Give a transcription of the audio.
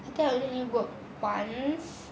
I think I only work once